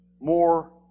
more